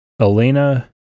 Elena